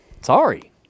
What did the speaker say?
sorry